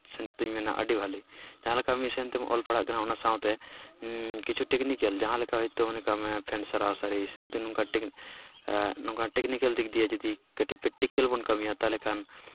ᱪᱤᱱᱛᱟᱹ ᱛᱤᱧ ᱢᱮᱱᱟ ᱟᱹᱰᱤ ᱵᱷᱟᱹᱞᱤ ᱡᱟᱦᱟᱸᱞᱮᱠᱟ ᱢᱤᱫ ᱥᱮᱱᱛᱮᱢ ᱚᱞ ᱯᱟᱲᱦᱟᱜ ᱠᱟᱱᱟ ᱚᱱᱟ ᱥᱟᱶᱛᱮ ᱠᱤᱪᱷᱩ ᱴᱮᱠᱱᱤᱠᱮᱞ ᱡᱟᱦᱟᱸᱞᱮᱠᱟ ᱦᱳᱭᱛᱳ ᱢᱚᱱᱮ ᱠᱟᱜ ᱢᱮ ᱯᱷᱮᱱ ᱥᱟᱨᱟᱥᱟᱨᱤ ᱥᱩᱫᱩ ᱱᱚᱝᱠᱟ ᱴᱮᱠ ᱱᱚᱝᱠᱟ ᱪᱮᱠᱱᱤᱠᱮᱞ ᱫᱤᱠ ᱫᱤᱭᱮ ᱡᱩᱫᱤ ᱠᱟᱹᱴᱤᱡ ᱯᱮᱠᱴᱤᱠᱮᱞ ᱵᱚᱱ ᱠᱟᱹᱢᱤᱭᱟ ᱛᱟᱦᱚᱞᱮ ᱠᱷᱟᱱ